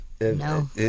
No